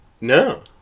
No